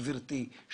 גברתי,